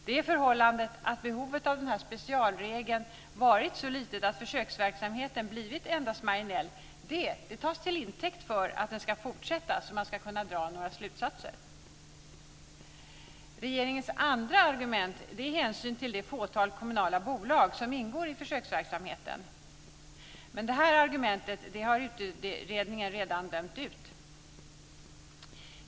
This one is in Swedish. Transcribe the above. Det förhållandet att behovet av den här specialregeln varit så litet att försöksverksamheten blivit endast marginell tas till intäkt för att den ska fortsätta, så att man ska kunna dra några slutsatser. Regeringens andra argument är hänsyn till det fåtal kommunala bolag som ingår i försöksverksamheten. Detta argument har dock utredningen redan dömt ut.